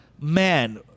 man